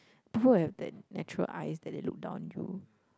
people will have that natural eyes that they look down on you